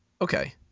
Okay